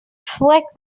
flick